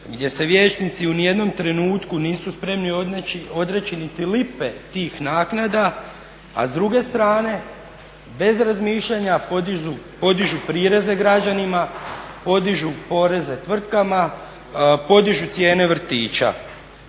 gdje se vijećnici u nijednom trenutku nisu spremni odreći niti lipe tih naknada, a s druge strane bez razmišljanja podižu prireze građanima, podižu poreze tvrtkama, podižu cijene vrtića.